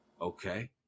Okay